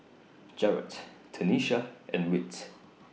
Jaret Tanisha and Whit